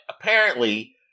apparently-